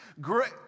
Great